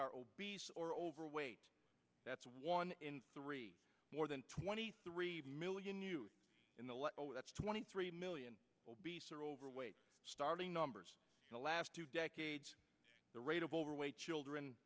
are obese or overweight that's one in three more than twenty three million new in the one that's twenty three million obese or overweight starting numbers in the last two decades the rate of overweight children